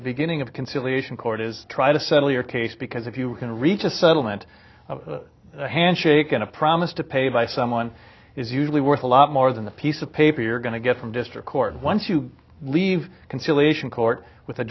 the beginning of conciliation court is try to settle your case because if you can reach a settlement a handshake and a promise to pay by someone is usually worth a lot more than the piece of paper you're going to get from district court once you leave conciliation court with a